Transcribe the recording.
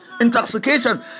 Intoxication